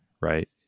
right